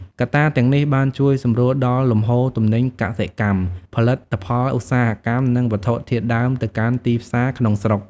កត្តាទាំងនេះ បានជួយសម្រួលដល់លំហូរទំនិញកសិកម្ម ផលិតផលឧស្សាហកម្ម និងវត្ថុធាតុដើមទៅកាន់ទីផ្សារក្នុងស្រុក។